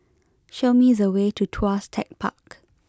show me the way to Tuas Tech Park